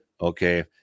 Okay